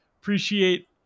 Appreciate